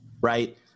right